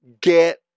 get